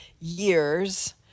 years